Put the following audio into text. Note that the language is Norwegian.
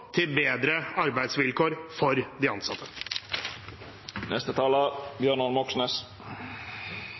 til bedre arbeidsvilkår for de ansatte.